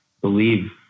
believe